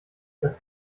das